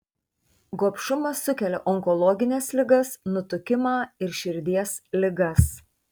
gobšumas sukelia onkologines ligas nutukimą ir širdies ligas